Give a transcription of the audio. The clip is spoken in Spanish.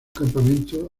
campamento